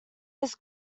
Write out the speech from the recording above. his